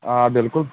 آ بِلکُل